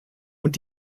und